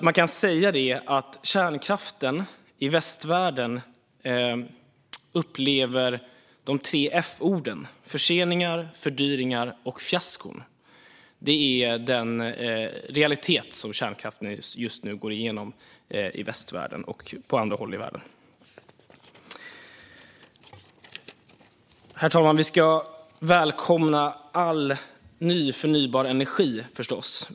Man kan säga att kärnkraften i västvärlden upplever de tre f-orden - förseningar, fördyringar och fiaskon. Det är realiteten för kärnkraften just nu i västvärlden och på andra håll i världen. Herr talman! Vi ska förstås välkomna all ny förnybar energi.